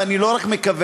ואני לא רק מקווה,